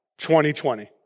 2020